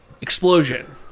explosion